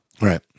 Right